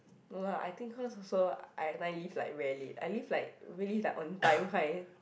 no lah I think cause also I everytime like really late I leave like really like on time kind